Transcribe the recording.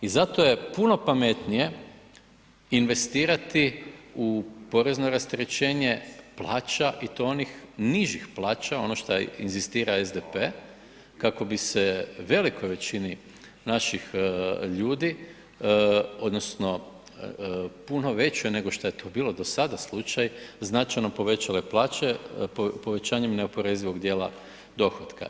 I zato je puno pametnije investirati u porezno rasterećenje plaća i to onih nižih plaća, ono šta inzistira SDP kako bi se velikoj većini naših ljudi, odnosno puno većoj nego što je to bilo do sada slučaj značajno povećale plaće povećanjem neoporezivog djela dohotka.